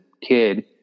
kid